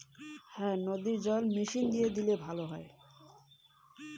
ফসলে নদীর জল দেওয়া কি ভাল?